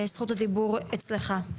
בבקשה.